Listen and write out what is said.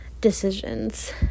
decisions